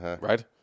Right